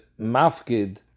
mafkid